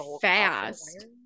fast